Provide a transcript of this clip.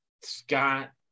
Scott